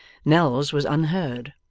nell's was unheard,